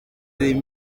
iyi